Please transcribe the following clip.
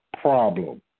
problem